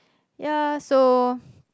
ya so